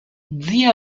zia